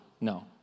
No